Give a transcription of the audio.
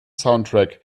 soundtrack